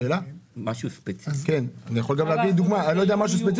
משרד האוצר